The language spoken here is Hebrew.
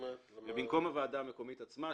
במקום הוועדה המקומית עצמה,